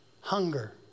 hunger